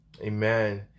Amen